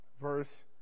verse